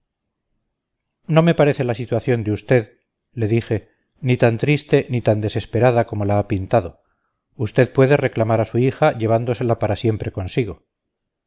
no me parece la situación de usted le dije ni tan triste ni tan desesperada como la ha pintado usted puede reclamar a su hija llevándosela para siempre consigo